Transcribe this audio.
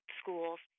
schools